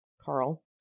Carl